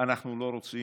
אנחנו לא רוצים,